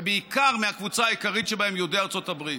ובעיקר מהקבוצה העיקרית שבהם, יהודי ארצות הברית.